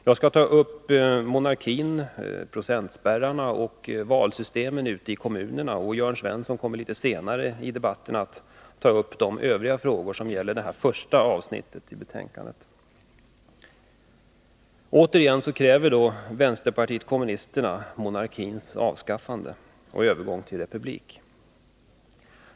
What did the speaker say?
Jag skall ta upp monarkin, procentspärrarna och valsystemet ute i kommunerna. Jörn Svensson kommer litet senare i debatten att behandla övriga frågor som gäller det första avsnittet i betänkandet. Återigen kräver vänsterpartiet kommunisterna monarkins avskaffande och övergång till republik.